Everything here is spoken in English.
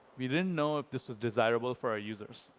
we didn't know if this was desirable for our users.